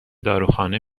داروخانه